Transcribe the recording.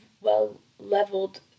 well-leveled